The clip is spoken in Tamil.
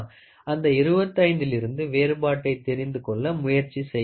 அந்த 25 ளிருந்து வேறுபாட்டை தெரிந்து கொள்ள முயற்சி செய்ய வேண்டும்